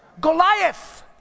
Goliath